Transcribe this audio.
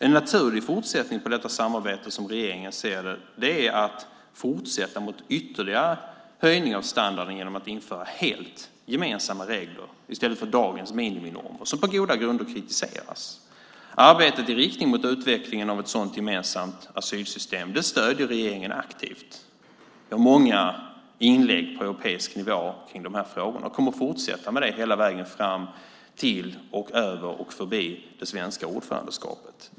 En naturlig fortsättning på detta samarbete är som regeringen ser det att fortsätta mot en ytterligare höjning av standarden genom att införa helt gemensamma regler i stället för dagens miniminormer, som på goda grunder kritiseras. Regeringen stöder aktivt arbetet i riktning mot utvecklingen av ett sådant gemensamt asylsystem. Vi gör många inlägg på europeisk nivå i de här frågorna och kommer att fortsätta med det hela vägen fram till, över och förbi det svenska ordförandeskapet.